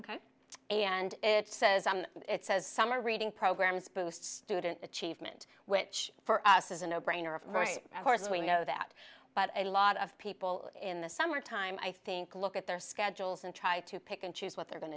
and it says it says summer reading programs boost student achievement which for us is a no brainer of course we know that but a lot of people in the summer time i think look at their schedules and try to pick and choose what they're going